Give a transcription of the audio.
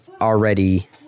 already